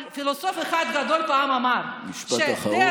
אבל פילוסוף אחד גדול פעם אמר, משפט אחרון רק.